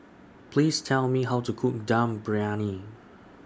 Please Tell Me How to Cook Dum Briyani